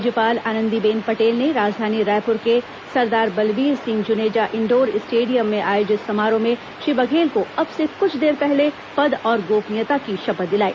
राज्यपाल आनंदीबेन पटेल ने राजधानी रायपुर के सरदार बलबीर सिंह जुनेजा इंडोर स्टेडियम में आयोजित समारोह में श्री बघेल को अब से कुछ देर पहले पद और गोपनीयता की शपथ दिलाई